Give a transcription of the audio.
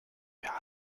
wir